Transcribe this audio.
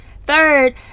Third